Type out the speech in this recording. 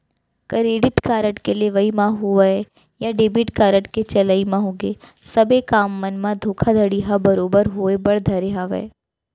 credit card के लेवई म होवय या डेबिट कारड के चलई म होगे सबे काम मन म धोखाघड़ी ह बरोबर होय बर धरे हावय